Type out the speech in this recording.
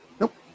Nope